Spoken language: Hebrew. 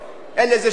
אין לזה שום ערך,